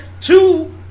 Two